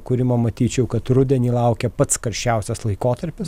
kūrimo matyčiau kad rudenį laukia pats karščiausias laikotarpis